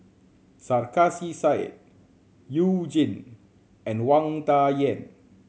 Sarkasi Said You Jin and Wang Dayuan